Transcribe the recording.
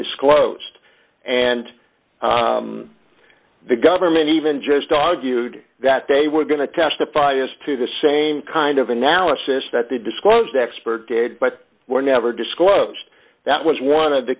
disclosed and the government even just argued that they were going to testify as to the same kind of analysis that the disclosed expert did but were never disclosed that was one of the